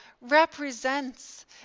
represents